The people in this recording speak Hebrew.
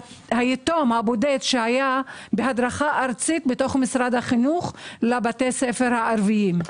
הבודד שהיה בהדרכה ארצית בתוך משרד החינוך לבתי הספר הערביים?